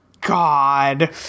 God